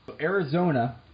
Arizona